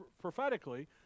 prophetically